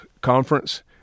Conference